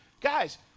Guys